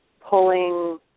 pulling